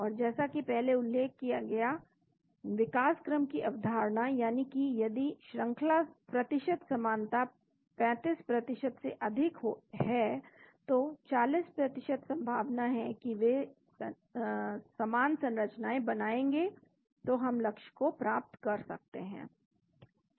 और जैसा कि पहले उल्लेख किया गया विकासक्रम की अवधारणा यानी कि यदि श्रंखला प्रतिशत समानता 35 से अधिक है तो 40 संभावना है कि वे समान संरचना बनाएंगे तो हम लक्ष्य को प्राप्त कर सकते हैं